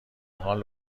حال